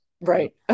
Right